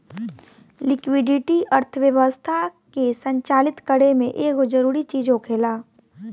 liquidity अर्थव्यवस्था के संचालित करे में एगो जरूरी चीज होखेला